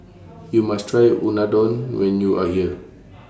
YOU must Try Unadon when YOU Are here